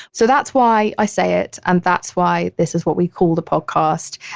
so that's why i say it and that's why this is what we call the podcast.